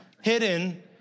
hidden